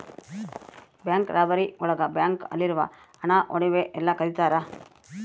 bank robbery ಒಳಗ bank ಅಲ್ಲಿರೋ ಹಣ ಒಡವೆ ಎಲ್ಲ ಕದಿತರ